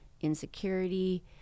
insecurity